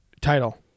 Title